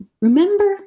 remember